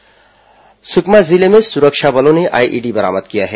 IED बरामद सुकमा जिले में सुरक्षा बलों ने आईईडी बरामद किया है